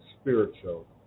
spiritual